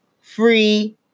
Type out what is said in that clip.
free